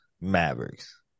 Mavericks